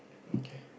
okay